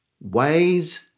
ways